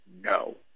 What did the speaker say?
no